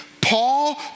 Paul